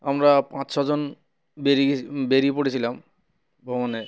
আমরা পাঁচ ছজন বেরিয়ে বেরিয়ে পড়েছিলাম ভ্রমণে